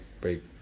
break